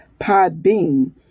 Podbean